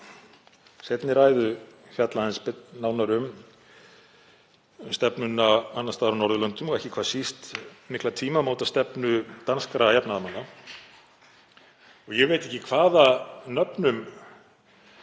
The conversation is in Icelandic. Ég veit ekki hvaða nöfnum